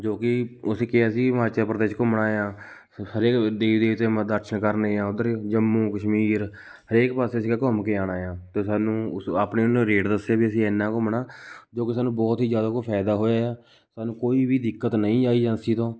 ਜੋ ਕਿ ਅਸੀਂ ਕਿਹਾ ਸੀ ਹਿਮਾਚਲ ਪ੍ਰਦੇਸ਼ ਘੁੰਮਣਾ ਏ ਆ ਹਰੇਕ ਦੇਵੀ ਦਰਸ਼ਨ ਕਰਨੇ ਆ ਉਧਰ ਜੰਮੂ ਕਸ਼ਮੀਰ ਹਰੇਕ ਪਾਸੇ ਸੀਗਾ ਘੁੰਮ ਕੇ ਆਣਾ ਏ ਆ ਅਤੇ ਸਾਨੂੰ ਉਸ ਆਪਣੇ ਉਹਨੇ ਰੇਟ ਦੱਸੇ ਵੀ ਅਸੀਂ ਇੰਨਾ ਘੁੰਮਣਾ ਜੋ ਕਿ ਸਾਨੂੰ ਬਹੁਤ ਹੀ ਜ਼ਿਆਦਾ ਫਾਇਦਾ ਹੋਇਆ ਸਾਨੂੰ ਕੋਈ ਵੀ ਦਿੱਕਤ ਨਹੀਂ ਆਈ ਏਜੰਸੀ ਤੋਂ